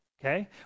Okay